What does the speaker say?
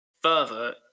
Further